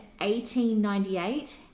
1898